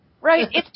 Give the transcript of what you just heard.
Right